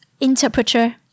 interpreter